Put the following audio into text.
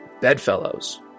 bedfellows